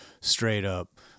straight-up